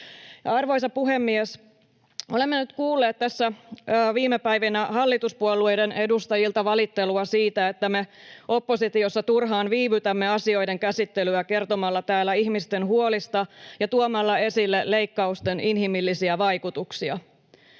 Arvoisa puhemies! Olemme nyt kuulleet tässä viime päivinä hallituspuolueiden edustajilta valittelua siitä, että me oppositiossa turhaan viivytämme asioiden käsittelyä kertomalla täällä ihmisten huolista ja tuomalla esille leikkausten inhimillisiä vaikutuksia.